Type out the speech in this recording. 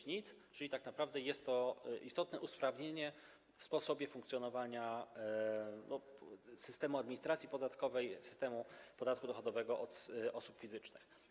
A zatem tak naprawdę jest to istotne usprawnienie w sposobie funkcjonowania systemu administracji podatkowej, systemu podatku dochodowego od osób fizycznych.